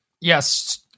Yes